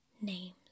names